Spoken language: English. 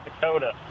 Dakota